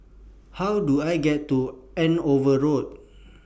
How Do I get to Andover Road